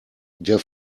der